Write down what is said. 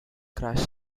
crash